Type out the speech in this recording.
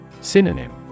Synonym